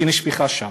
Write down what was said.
שנשפכה שם.